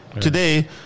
Today